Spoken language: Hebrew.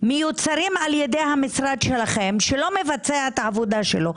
מיוצרים על ידי המשרד שלכם שלא מבצע את עבודתו.